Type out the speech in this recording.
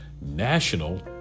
national